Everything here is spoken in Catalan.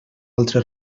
altre